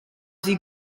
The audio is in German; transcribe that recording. sie